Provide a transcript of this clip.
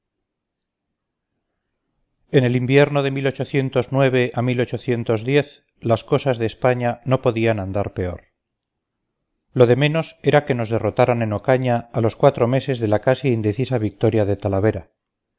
en el invierno de a las cosas de españa no podían andar peor lo de menos era que nos derrotaran en ocaña a los cuatro meses de la casi indecisa victoria de talavera